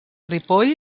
ripoll